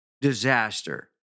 disaster